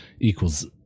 equals